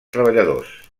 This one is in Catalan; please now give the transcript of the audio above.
treballadors